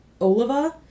Oliva